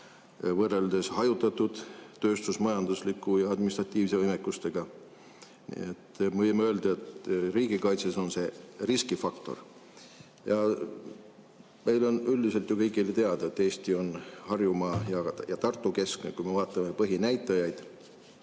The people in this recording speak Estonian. võrreldes hajutatud tööstusmajandusliku ja administratiivse võimekusega. Me võime öelda, et see on riigi kaitse riskifaktor. Meil on üldiselt ju kõigile teada, et Eesti on Harjumaa- ja Tartu-keskne, kui me vaatame põhinäitajaid: